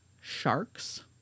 Sharks